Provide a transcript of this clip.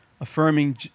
affirming